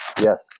Yes